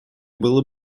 было